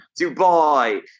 Dubai